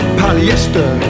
polyester